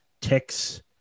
ticks